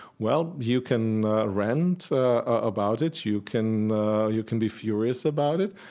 well, you can rant about it, you can you can be furious about it,